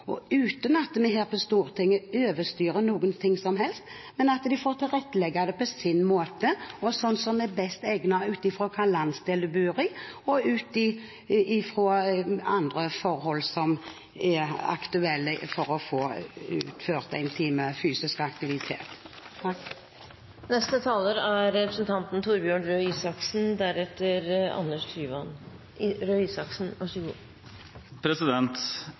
hånd, uten at vi her på Stortinget overstyrer noe som helst, at de får tilrettelegge dette på sin måte – det som er best egnet ut fra hvilken landsdel de bor i, og ut fra andre forhold som er aktuelle – for å få innført én times fysisk aktivitet. Det er